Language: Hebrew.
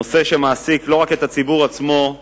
זה נושא שמעסיק לא רק את ציבור האופנוענים עצמו,